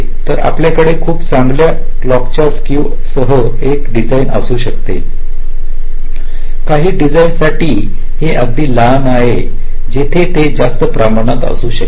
तर आपल्याकडे खूप चांगल्या क्लॉक च्या स्केव सह एक डिझाईन असू शकते काही डिझाईन साठी हे अगदी लहान आहे जेथे ते जास्त प्रमाणात असू शकते